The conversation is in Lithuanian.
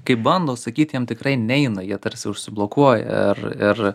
kai bando sakyti jiem tikrai neina jie tarsi užsiblokuoja ir ir